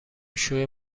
شوی